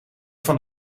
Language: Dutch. van